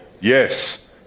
Yes